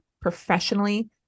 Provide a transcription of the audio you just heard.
professionally